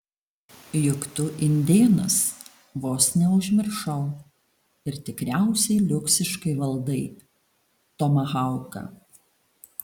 juk tu indėnas vos neužmiršau ir tikriausiai liuksiškai valdai tomahauką